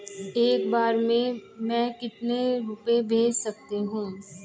एक बार में मैं कितने रुपये भेज सकती हूँ?